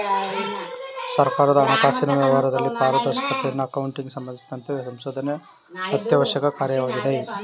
ಸರ್ಕಾರದ ಹಣಕಾಸಿನ ವ್ಯವಹಾರದಲ್ಲಿ ಪಾರದರ್ಶಕತೆಯನ್ನು ಅಕೌಂಟಿಂಗ್ ಸಂಬಂಧಿಸಿದಂತೆ ಸಂಶೋಧನೆ ಅತ್ಯವಶ್ಯಕ ಕಾರ್ಯವಾಗಿದೆ